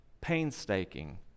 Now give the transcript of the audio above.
painstaking